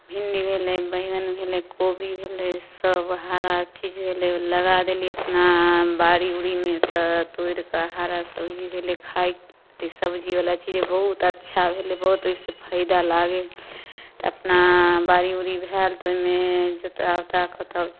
भिंडी भेलै बैगन भेलै कोबी भेलै सब हरा चीज भेलै लगा देली अपना बारी ऊरीमे तऽ तोरि कऽ हरा सब्जी भेलै खाय सब्जी बला चीज बहुत अच्छा भेलै बहुत ओहिसँ फायदा लागै तऽ अपना बारी ऊरी भेल तऽ ओहिमे जोता ऊता कऽ तब